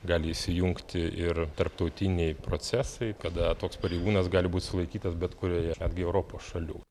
gali įsijungti ir tarptautiniai procesai kada toks pareigūnas gali būti sulaikytas bet kurioje netgi europos šalių